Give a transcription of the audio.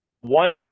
one